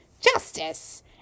Justice